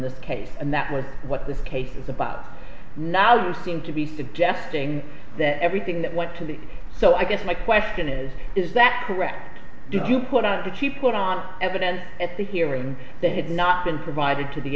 this case and that was what this case is about now you seem to be suggesting that everything that went to the so i guess my question is is that correct do you put out to keep it on evidence at the hearing they have not been provided to the